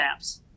apps